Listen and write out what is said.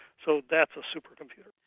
so that's a supercomputer.